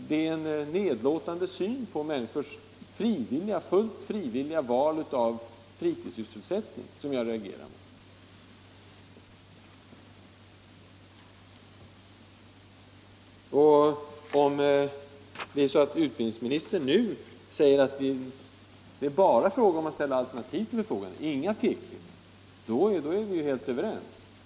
Det är den nedlåtande synen på människors fullt frivilliga val av fritidssysselsättning som jag reagerar mot. Om det är så att utbildningsministern nu säger att det bara är fråga om att ställa alternativ till förfogande och inga pekpinnar, då är vi helt överens.